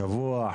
שבוע?